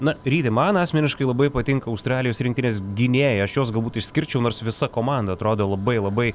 na ryti man asmeniškai labai patinka australijos rinktinės gynėjai aš juos galbūt išskirčiau nors visa komanda atrodo labai labai